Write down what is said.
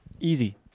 Easy